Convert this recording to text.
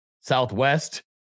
Southwest